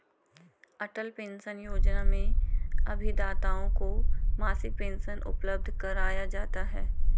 अटल pension योजना में अभिदाताओं को मासिक पेंशन उपलब्ध कराया जाता है